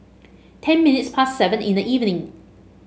ten minutes past seven in the evening